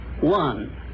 one